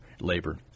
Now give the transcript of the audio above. labor